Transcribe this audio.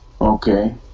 Okay